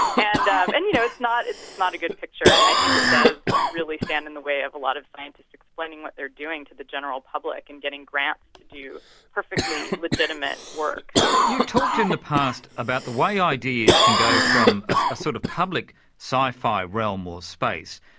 and um and you know, it's not it's not a good picture, and i think it does really standing in the way of a lot of scientists explaining what they're doing to the general public and getting grants to do perfectly legitimate work. ah you talked in the past about the way ideas can go from ah a sort of public sci-fi realm or space,